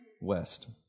west